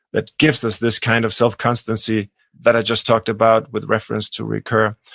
that gives us this kind of self-constancy that i just talked about with reference to ricoeur.